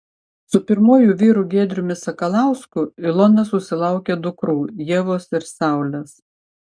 su pirmuoju vyru giedriumi sakalausku ilona susilaukė dukrų ievos ir saulės